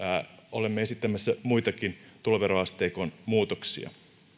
olemme esittämässä muitakin tuloveroasteikon muutoksia